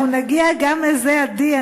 אנחנו נגיע גם לזה, עדי.